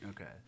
Okay